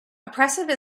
oppressive